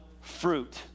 fruit